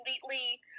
completely